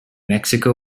mexico